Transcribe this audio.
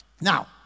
Now